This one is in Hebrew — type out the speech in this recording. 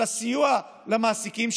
על הסיוע למעסיקים,